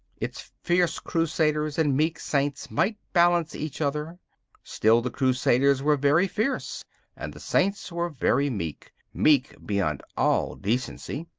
its fierce crusaders and meek saints might balance each other still, the crusaders were very fierce and the saints were very meek, meek beyond all decency.